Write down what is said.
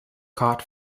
caught